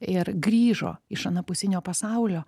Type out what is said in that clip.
ir grįžo iš anapusinio pasaulio